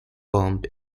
bomb